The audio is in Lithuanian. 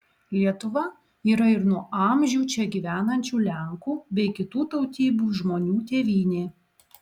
lietuva yra ir nuo amžių čia gyvenančių lenkų bei kitų tautybių žmonių tėvynė